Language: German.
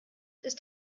ist